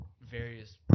various